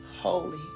holy